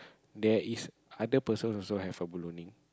there is other person also have a